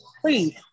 please